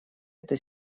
это